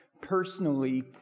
personally